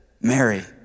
Mary